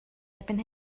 erbyn